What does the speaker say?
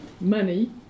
money